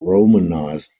romanized